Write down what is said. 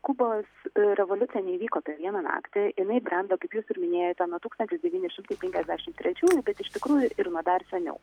kubos revoliucija neįvyko per vieną naktį jinai brendo kaip jūs ir minėjote nuo tūkstantis devyni šimtai penkiasdešim trečiųjų bet iš tikrųjų ir nuo dar seniau